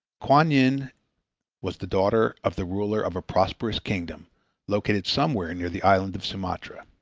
kuan yin was the daughter of the ruler of a prosperous kingdom located somewhere near the island of sumatra.